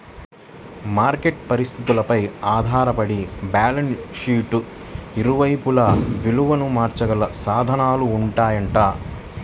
market పరిస్థితులపై ఆధారపడి balance షీట్కి ఇరువైపులా విలువను మార్చగల సాధనాలుంటాయంట